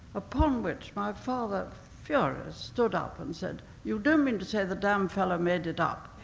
upon which my father, furious, stood up and said, you don't mean to say the damn fellow made it up?